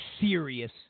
serious